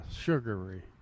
sugary